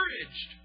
encouraged